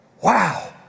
Wow